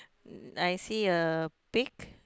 I see a pig